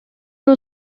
nur